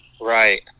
Right